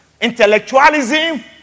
Intellectualism